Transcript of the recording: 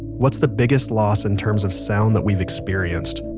what's the biggest lost in terms of sounds that we've experienced?